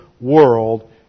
world